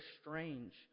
strange